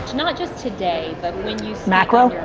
not just today, but when you macro? yeah.